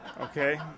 Okay